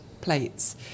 plates